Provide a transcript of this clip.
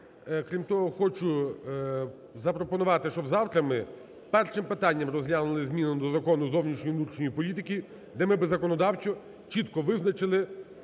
Крім того, хочу запропонувати, щоб завтра ми першим питанням розглянули зміни до Закону зовнішньої і внутрішньої політики, де ми би законодавчо чітко визначили